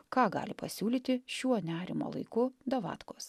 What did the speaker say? ką gali pasiūlyti šiuo nerimo laiku davatkos